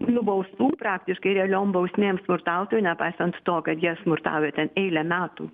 nubaustų praktiškai realiom bausmėm smurtautojų nepaisant to kad jie smurtauja ten eilę metų